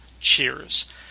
Cheers